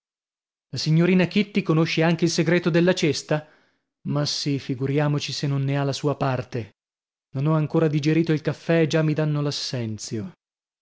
la signorina kitty conosce anche il segreto della cesta ma sì figuriamoci se non ne ha la sua parte non ho ancora digerito il caffè e già mi danno